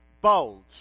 bold